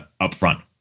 upfront